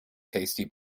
tasty